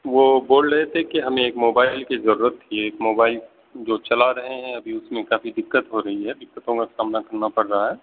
وہ بول رہے تھے کہ ہمیں ایک موبائل کی ضرورت تھی ایک موبائل جو چلا رہے ہیں ابھی اس میں کافی دقت ہو رہی ہے دقتوں کا سامنا کرنا پڑ رہا ہے